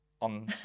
on